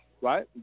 right